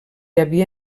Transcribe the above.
havia